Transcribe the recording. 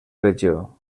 regió